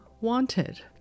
wanted